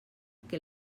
que